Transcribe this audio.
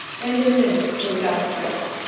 and in a minute it was out of sight.